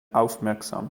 aufmerksam